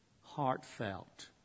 heartfelt